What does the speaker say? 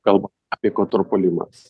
kalba apie kontrpuolimas